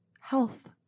health